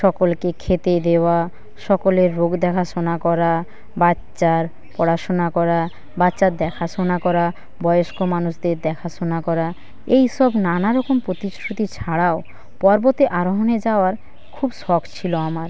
সকলকে খেতে দেওয়া সকলের রোগ দেখাশোনা করা বাচ্চার পড়াশুনা করা বাচ্চার দেখাশোনা করা বয়স্ক মানুষদের দেখাশোনা করা এইসব নানারকম প্রতিশ্রুতি ছাড়াও পর্বতে আরোহণে যাওয়ার খুব শখ ছিলো আমার